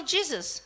Jesus